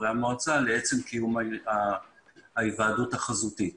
חברי המועצה לעצם קיום ההיוועדות החזותית.